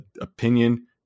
opinion